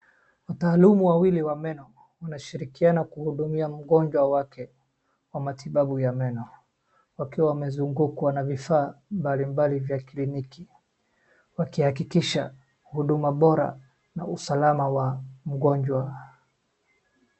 Wataalamu wawili wa meno wanashirikiana kuhudumia mgonjwa wake wa matibabu ya meno. Wakiwa wamezungukwa na vifaa mbalimbali vya kliniki wakihakikisha huduma bora na usalama wa mgonjwa.